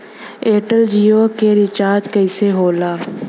Airtel Jio के रिचार्ज कैसे होला?